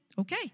Okay